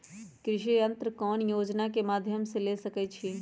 कृषि यंत्र कौन योजना के माध्यम से ले सकैछिए?